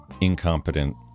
incompetent